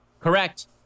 Correct